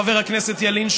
חבר הכנסת ילין,